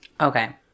Okay